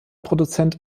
produzent